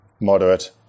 moderate